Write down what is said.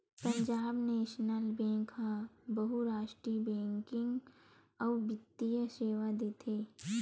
Punjab national bank ह बहुरास्टीय banking अउ बित्तीय सेवा देथे